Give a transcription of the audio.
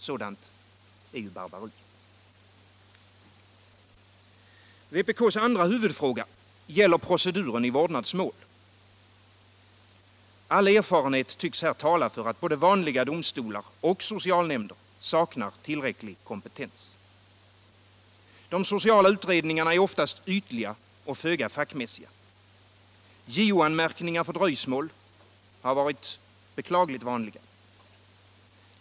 Sådant är ju barbari. Vpk:s andra huvudfråga gäller proceduren i vårdnadsmål. All erfarenhet tycks här tala för att både vanliga domstolar och socialnämnder saknar tillräcklig kompetens. De sociala utredningarna är ofta ytliga och föga fackmässiga. JO-anmärkningar för dröjsmål har varit beklagligt vanliga.